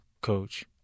coach